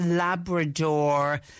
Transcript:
Labrador